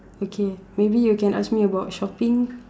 okay maybe you can ask me about shopping